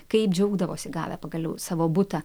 kaip džiaugdavosi gavę pagaliau savo butą